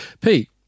Pete